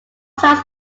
tracks